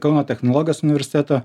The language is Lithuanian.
kauno technologijos universiteto